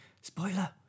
Spoiler